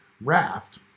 raft